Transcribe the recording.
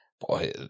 boy